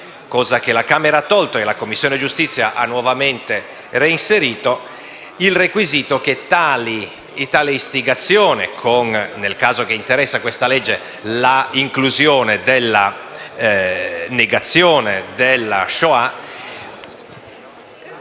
- la Camera l'aveva tolto, ma la Commissione giustizia l'ha nuovamente inserito - il requisito che tale istigazione, nel caso che interessa questa legge, con l'inclusione della negazione della Shoah,